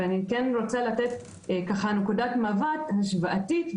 ואני רוצה לתת נקודת מבט השוואתית,